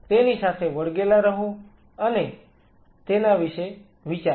તેથી તેની સાથે વળગેલા રહો અને તેના વિશે વિચારો